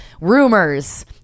rumors